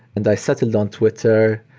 and i settled on twitter.